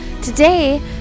Today